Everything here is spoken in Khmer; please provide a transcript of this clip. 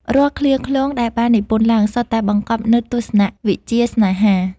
រាល់ឃ្លាឃ្លោងដែលបាននិពន្ធឡើង សុទ្ធតែបង្កប់នូវទស្សនវិជ្ជាស្នេហា